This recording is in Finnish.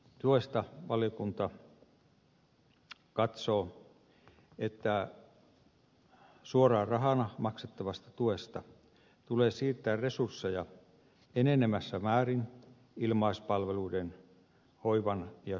kotoutumistuesta valiokunta katsoo että suoraan rahana maksettavasta tuesta tulee siirtää resursseja enenevässä määrin ilmaispalveluiden hoivan ja turvallisuuden tarjoamiseen